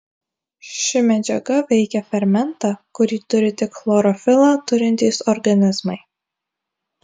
ši medžiaga veikia fermentą kurį turi tik chlorofilą turintys organizmai